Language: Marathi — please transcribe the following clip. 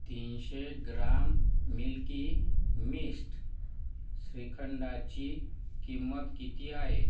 तीनशे ग्राम मिल्की मिस्ट श्रीखंडाची किंमत किती आहे